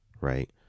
right